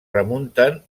remunten